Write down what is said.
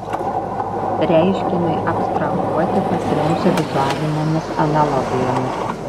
reiškiniui abstrahuoti pasiremsiu vizualinėmis analogijomis